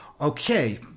Okay